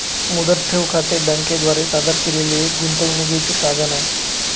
मुदत ठेव खाते बँके द्वारा सादर केलेले एक गुंतवणूकीचे साधन आहे